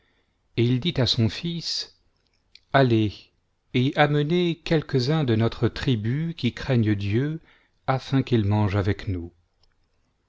et il dit à son fils allez et amenez quelques-uns de notre tribu qui craignent dieu afin qu'ils mangent avec nous